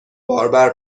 باربر